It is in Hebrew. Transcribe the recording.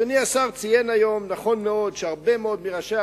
אדוני השר ציין היום נכון מאוד שהרבה מאוד מראשי